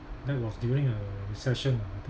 that was during a recession ah I